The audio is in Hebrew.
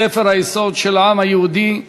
ספר היסוד של העם היהודי,